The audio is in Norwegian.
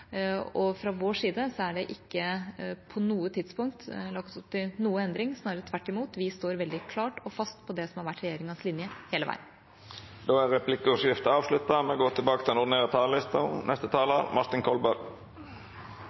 og fra vår side er det ikke på noe tidspunkt lagt opp til noen endring, snarere tvert imot – vi står veldig klart og fast på det som har vært regjeringas linje hele veien. Replikkordskiftet er omme. Det er en styrke for Norge, og det er grunn til